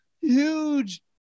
huge